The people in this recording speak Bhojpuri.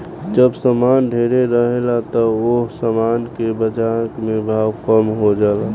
जब सामान ढेरे रहेला त ओह सामान के बाजार में भाव कम हो जाला